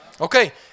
okay